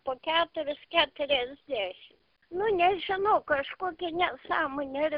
po keturis keturiasdešim nu nežinau kažkokia nesąmonė ir